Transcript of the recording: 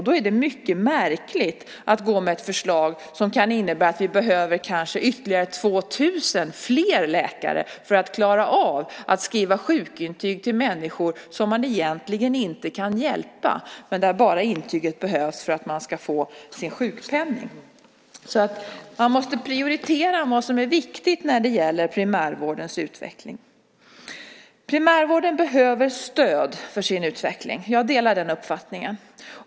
Då är det mycket märkligt att komma med ett förslag som innebär att vi kan behöva ytterligare 2 000 fler läkare för att klara av att skriva sjukintyg till människor som man egentligen inte kan hjälpa, utan där intyget behövs bara för att de ska få sin sjukpenning. Man måste prioritera vad som är viktigt när det gäller primärvårdens utveckling. Primärvården behöver stöd för sin utveckling. Jag delar den uppfattningen.